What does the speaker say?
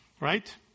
right